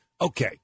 Okay